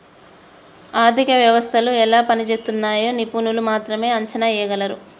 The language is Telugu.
ఆర్థిక వ్యవస్థలు ఎలా పనిజేస్తున్నయ్యో నిపుణులు మాత్రమే అంచనా ఎయ్యగలరు